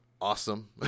awesome